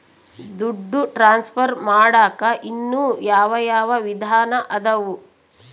ದುಡ್ಡು ಟ್ರಾನ್ಸ್ಫರ್ ಮಾಡಾಕ ಇನ್ನೂ ಯಾವ ಯಾವ ವಿಧಾನ ಅದವು?